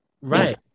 right